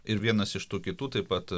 ir vienas iš tų kitų taip pat